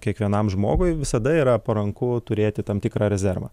kiekvienam žmogui visada yra paranku turėti tam tikrą rezervą